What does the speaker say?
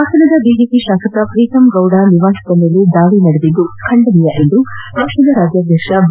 ಹಾಸನದ ಬಿಜೆಪಿ ಶಾಸಕ ಪ್ರೀತಂಗೌಡ ಅವರ ನಿವಾಸದ ಮೇಲೆ ದಾಳಿ ನಡೆದಿದ್ದು ಖಂಡನೀಯ ಎಂದು ಪಕ್ಷದ ರಾಜ್ಯಾಧ್ಯಕ್ಷ ಬಿ